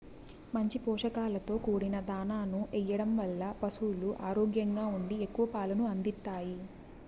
మంచి పోషకాలతో కూడిన దాణాను ఎయ్యడం వల్ల పసులు ఆరోగ్యంగా ఉండి ఎక్కువ పాలను అందిత్తాయి